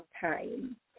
time